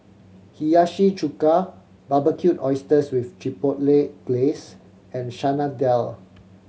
Hiyashi Chuka Barbecued Oysters with Chipotle Glaze and Chana Dal